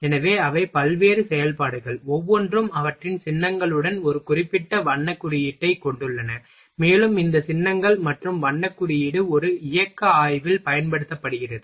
எனவே அவை பல்வேறு செயல்பாடுகள் ஒவ்வொன்றும் அவற்றின் சின்னங்களுடன் ஒரு குறிப்பிட்ட வண்ண குறியீட்டைக் கொண்டுள்ளன மேலும் இந்த சின்னங்கள் மற்றும் வண்ண குறியீடு ஒரு இயக்க ஆய்வில் பயன்படுத்தப்படுகிறது